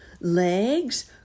legs